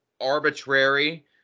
arbitrary